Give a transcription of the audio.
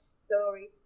story